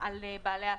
על בעלי העסקים.